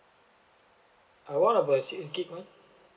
uh what about the six gig one